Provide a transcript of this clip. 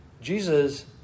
Jesus